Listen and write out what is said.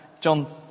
John